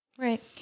right